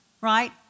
right